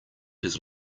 his